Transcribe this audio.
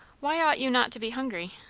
why ought you not to be hungry?